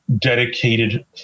dedicated